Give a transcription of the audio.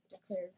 declared